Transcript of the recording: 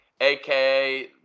aka